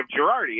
Girardi